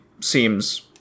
seems